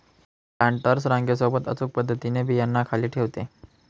planters रांगे सोबत अचूक पद्धतीने बियांना खाली ठेवते